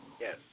yes